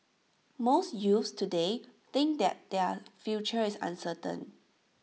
most youths today think their their future is uncertain